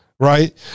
Right